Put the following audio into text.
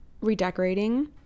redecorating